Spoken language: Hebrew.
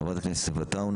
חבר הכנסת יוסף עטאונה,